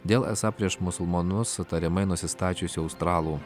dėl esą prieš musulmonus tariamai nusistačiusių australų